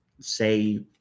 say